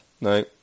No